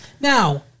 Now